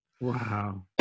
Wow